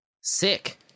Sick